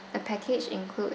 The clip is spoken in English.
the package includes